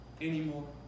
anymore